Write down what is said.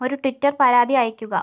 ഒരു ട്വിറ്റർ പരാതി അയയ്ക്കുക